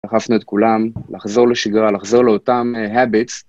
דחפנו את כולם לחזור לשגרה, לחזור לאותם habits